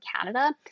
Canada